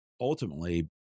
ultimately